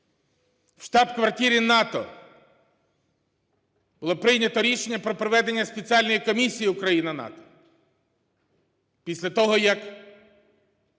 у штаб-квартирі НАТО було прийнято рішення про проведення спеціальної Комісії Україна-НАТО,